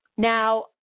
Now